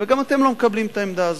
וגם אתם לא מקבלים את העמדה הזאת,